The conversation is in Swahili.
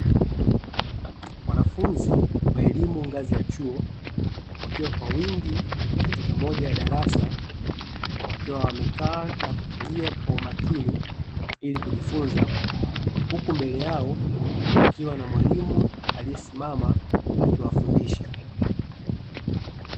Wanafunzi wa elimu ngazi ya chuo wakiwa kwa wingi katika moja ya darasa, wakiwa wamekaa na kutulia kwa umakini ili kujifunza, huku mbele yao kukiwa na mwalimu aliesimama akiwafundisha.